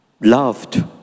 Loved